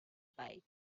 bite